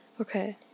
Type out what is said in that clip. Okay